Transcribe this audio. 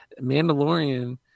Mandalorian